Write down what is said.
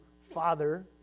Father